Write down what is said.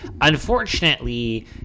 Unfortunately